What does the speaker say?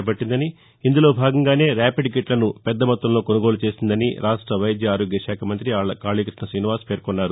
చేపట్టిందని ఇందులో భాగంగానే ర్యాపిడ్ కిట్లను పెద్ద మొత్తంలో కొనుగోలు చేసిందని రాష్ట్ర వైద్య ఆరోగ్య శాఖ మంతి ఆళ్ల కాళీకృష్ణ శ్రీనివాస్ పేర్కొన్నారు